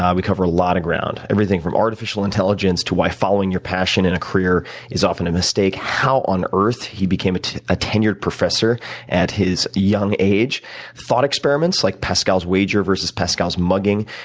um we cover a lot of ground, everything from artificial intelligence to why following your passion in a career is often a mistake how on earth he became a tenured professor at his young age thought experiments, like pascal's wager versus pascal's mugging.